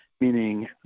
meaning